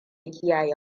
kiyaye